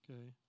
Okay